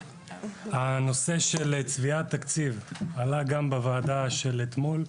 הנושא של צביעת תקציב עלה גם בוועדה של אתמול,